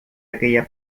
aquella